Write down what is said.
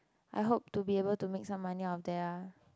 I hope to be able to make some money out of there